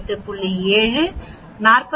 2 38